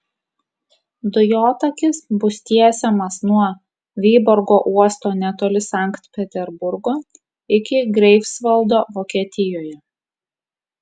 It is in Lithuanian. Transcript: dujotakis bus tiesiamas nuo vyborgo uosto netoli sankt peterburgo iki greifsvaldo vokietijoje